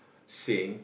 sing